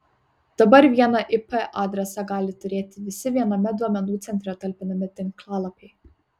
dabar vieną ip adresą gali turėti visi viename duomenų centre talpinami tinklalapiai